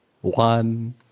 one